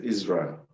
Israel